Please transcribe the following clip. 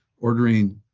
ordering